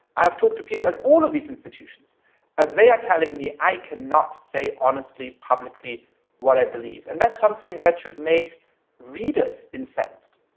i have talked to people at all of these institutions and ah they are telling me, i cannot say honestly publicly what i believe. and that's something that should make readers incensed,